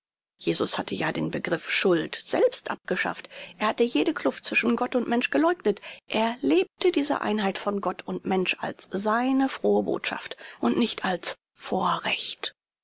jesus hatte ja den begriff schuld selbst abgeschafft er hat jede kluft zwischen gott und mensch geleugnet er lebte diese einheit von gott und mensch als seine frohe botschaft und nicht als vorrecht